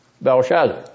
Belshazzar